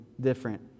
different